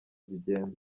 zigenda